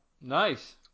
Nice